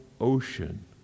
ocean